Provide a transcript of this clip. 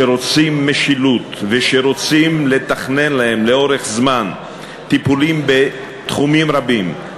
שרוצים משילות ושרוצים לתכנן להם לאורך זמן טיפולים בתחומים רבים,